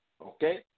Okay